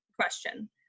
question